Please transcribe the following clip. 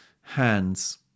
hands